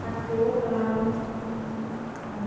अस्तु हा